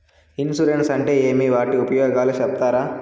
Insurance అంటే ఏమి? వాటి ఉపయోగాలు సెప్తారా?